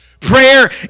Prayer